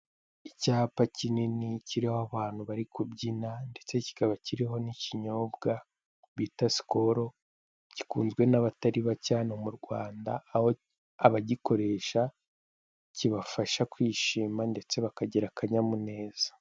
Icyapa kinini kiriho abantu bari kubyina ndetse kikaba kiriho n'ikinyobwa bita Skol gikunzwe n'abatari bake hano mu Rwanda aho abagikoresha kibafasha kwishima ndetse bakagira akanyamuneza.